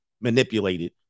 manipulated